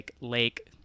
lake